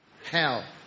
hell